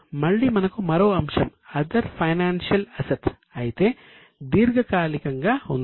మళ్ళీ మనకు మరో అంశం అదర్ ఫైనాన్సియల్ అసెట్స్ అయితే దీర్ఘకాలికంగా ఉంది